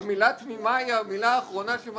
המילה "תמימה" היא המילה אחרונה שמתאימה.